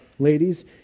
Ladies